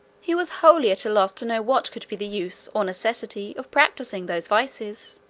he was wholly at a loss to know what could be the use or necessity of practising those vices.